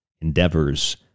endeavors